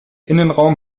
innenraum